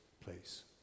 place